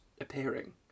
appearing